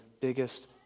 biggest